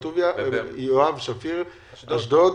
קריית מלאכי, באר-טוביה, יואב, שפיר, אשדוד.